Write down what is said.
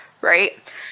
Right